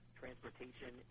transportation